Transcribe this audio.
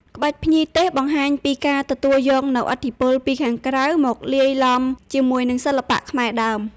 ក្បាច់ភ្ញីទេសបង្ហាញពី ការទទួលយកនូវឥទ្ធិពលពីខាងក្រៅ មកលាយឡំជាមួយនឹងសិល្បៈខ្មែរដើម។